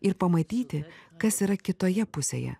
ir pamatyti kas yra kitoje pusėje